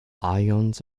ions